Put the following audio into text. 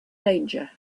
danger